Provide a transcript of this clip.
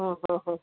હં હં હં